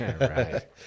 Right